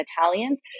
Italians